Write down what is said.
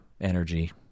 energy